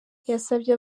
yasabye